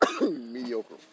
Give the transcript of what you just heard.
Mediocre